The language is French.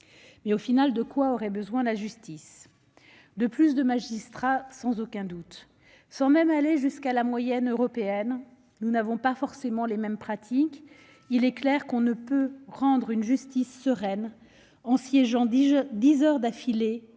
de quoi la justice aurait-elle besoin ? De plus de magistrats, sans aucun doute. Sans même aller jusqu'à la moyenne européenne- nous n'avons pas forcément les mêmes pratiques -, il est clair qu'on ne peut rendre une justice sereine en siégeant dix heures d'affilée,